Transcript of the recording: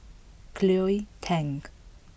Cleo Thang